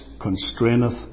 constraineth